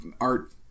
art